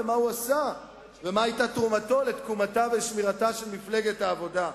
מה הוא עשה ומה היתה תרומתו לתקומתה ולשמירתה של מפלגת העבודה.